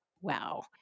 wow